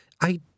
I